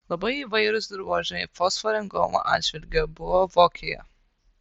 labai įvairūs dirvožemiai fosforingumo atžvilgiu buvo vokėje